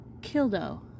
Kildo